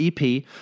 EP